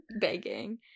begging